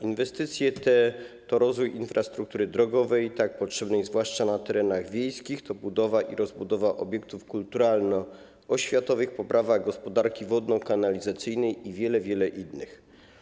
Inwestycje te to rozwój infrastruktury drogowej, tak potrzebnej zwłaszcza na terenach wiejskich, to budowa i rozbudowa obiektów kulturalno-oświatowych, poprawa gospodarki wodno-kanalizacyjnej i wiele wiele innych.